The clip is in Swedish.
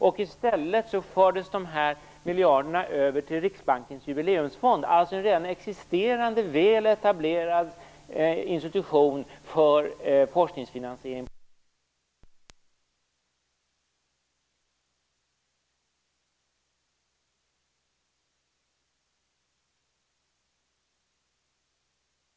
I stället fördes de här miljarderna över till Riksbankens Jubileumsfond, dvs. en redan existerande, väl etablerad institution för forskningsfinansiering på det här området. Där har det inte heller blivit några problem. Om man hade gjort något liknande när det gäller de andra forskningsråden hade den här situationen inte uppstått. Beträffande den miljard som nämndes, berör den icke på något sätt de kostnader för forskning som vi nu diskuterar.